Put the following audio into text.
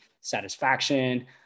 satisfaction